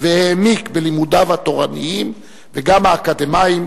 והעמיק בלימודיו התורניים וגם האקדמיים,